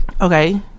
Okay